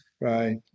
Right